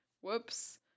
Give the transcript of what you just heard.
Whoops